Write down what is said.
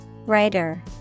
Writer